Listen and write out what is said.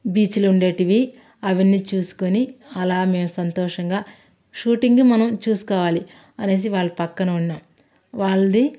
బీచ్లు ఉండేవి అవన్నీ చూసుకొని అలా మేము సంతోషంగా షూటింగ్ మనం చూసుకోవాలి అని వాళ్ళ పక్కన ఉన్నాం వాళ్ళ ది